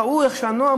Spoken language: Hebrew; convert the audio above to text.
ראו איך הנוער,